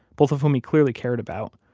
both of whom he clearly cared about,